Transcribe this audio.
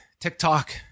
TikTok